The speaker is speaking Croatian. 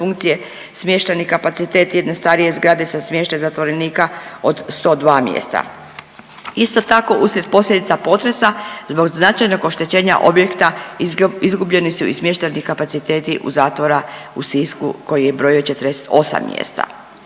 funkcije smještajni kapacitet jedne starije zgrade za smještaj zatvorenika od 102 mjesta. Isto tako usred posljedica potresa zbog značajnog oštećenja objekta izgubljeni su i smještajni kapaciteti zatvora u Sisku koji je brojio 48 mjesta.